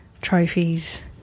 trophies